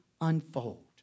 unfold